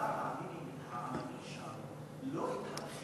הוא אמר, העממי שם, לא הבחירות